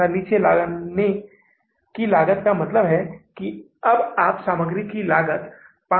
यही कारण है कि इस मामले में यह दिया गया है कि उधार महीने के शुरू में होना चाहिए